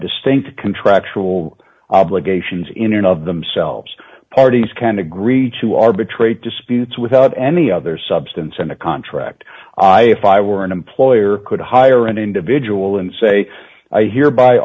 distinct contractual obligations in and of themselves parties can agree to arbitrate disputes without any other substance in the contract if i were an employer could hire an individual and say i hereby